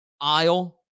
aisle